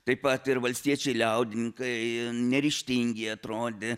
taip pat ir valstiečiai liaudininkai neryžtingi atrodė